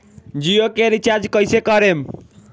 जियो के रीचार्ज कैसे करेम?